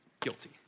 guilty